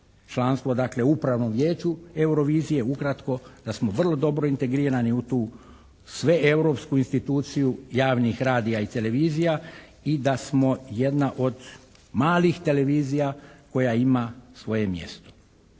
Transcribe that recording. članstvo dakle u Upravnom vijeću Eurovizije. Ukratko da smo vrlo dobro integrirani u tu sveeuropsku instituciju javnih radija i televizija i da smo jedna od malih televizija koja ima svoje mjesto.